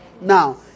Now